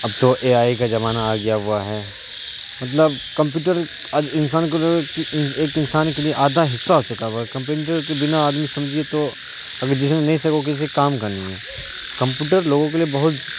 اب تو A I کا زمانہ آ گیا ہوا ہے مطلب کمپیوٹر آج انسان کو ایک انسان کے لیے آدھا حصہ ہو چکا ہوا ہے کمپیوٹر کے بنا آدمی سمجھیے تو اگر جس نے نہیں سیکھا وہ کسی کام نہیں ہے کمپیوٹر لوگوں کے لیے بہت